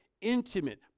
intimate